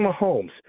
Mahomes